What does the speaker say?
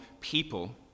people